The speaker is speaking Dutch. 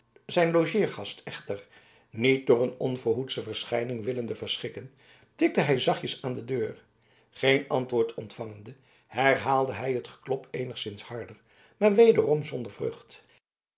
zijn logeergast echter niet door een onverhoedsche verschijning willende verschrikken tikte hij zachtjes aan de deur geen antwoord ontvangende herhaalde hij het geklop eenigszins harder maar wederom zonder vrucht